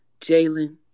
Jalen